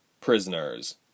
Prisoners